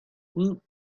woot